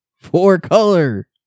four-color